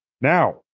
Now